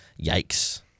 yikes